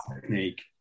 technique